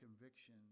conviction